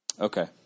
Okay